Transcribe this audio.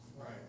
Right